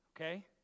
okay